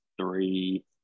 three